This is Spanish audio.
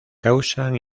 causan